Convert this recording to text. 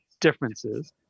differences